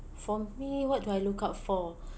for me what do I look out for